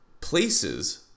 places